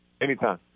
Anytime